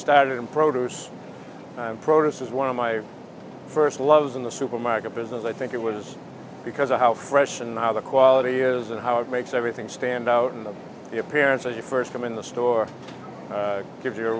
started in produce and produce is one of my first loves in the supermarket business i think it was because of how fresh and how the quality is and how it makes everything stand out in the parents when you first come in the store gives you a